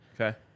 Okay